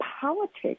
politics